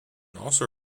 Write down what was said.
also